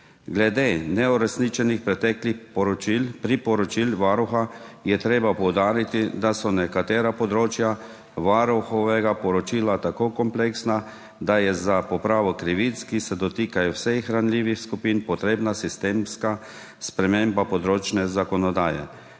Glede neuresničenih preteklih priporočil Varuha je treba poudariti, da so nekatera področja Varuhovega poročila tako kompleksna, da je za popravo krivic, ki se dotikajo vseh ranljivih skupin, potrebna sistemska sprememba področne zakonodaje,